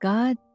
God